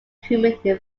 human